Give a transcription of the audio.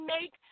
make